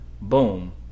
boom